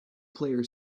player